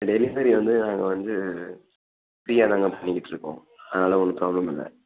delivery வந்து நாங்கள் வந்து ஃப்ரியாதாங்க பன்ணிக்கிட்டுருக்கோம் அதெல்லாம் ஒன்றும் ப்ராப்ளம் இல்லை